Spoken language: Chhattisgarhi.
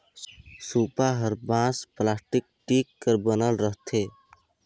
सूपा हर बांस, पलास्टिक, टीग कर बनल रहथे